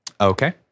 okay